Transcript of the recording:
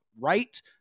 right